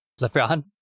LeBron